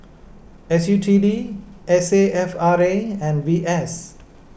S U T D S A F R A and V S